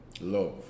Love